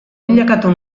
bilakatu